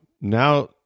now